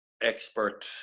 expert